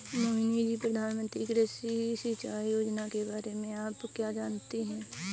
मोहिनी जी, प्रधानमंत्री कृषि सिंचाई योजना के बारे में आप क्या जानती हैं?